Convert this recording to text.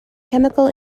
chemical